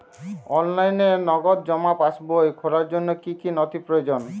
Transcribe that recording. অনলাইনে নগদ জমা পাসবই খোলার জন্য কী কী নথি প্রয়োজন?